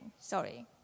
Sorry